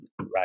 Right